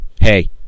hey